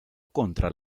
contra